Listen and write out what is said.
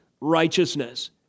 righteousness